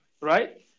right